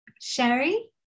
Sherry